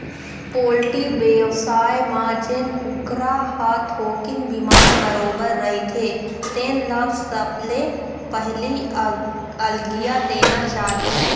poultry बेवसाय म जेन कुकरा ह थोकिन बिमार बरोबर रहिथे तेन ल सबले पहिली अलगिया देना चाही